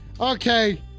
okay